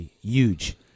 huge